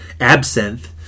absinthe